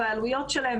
והעלויות שלהן,